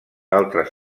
altres